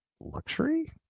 luxury